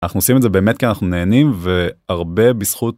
אנחנו עושים את זה באמת כי אנחנו נהנים והרבה בזכות.